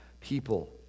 people